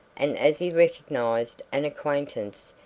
and as he recognised an acquaintance,